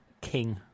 King